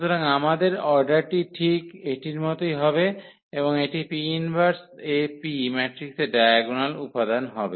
সুতরাং আমাদের অর্ডারটি ঠিক এটির মতোই হবে এবং এটি 𝑃−1𝐴𝑃 ম্যাট্রিক্সের ডায়াগোনাল উপাদান হবে